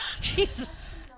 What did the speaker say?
jesus